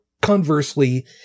conversely